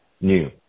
new